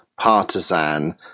partisan